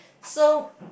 so